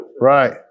Right